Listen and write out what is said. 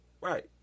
Right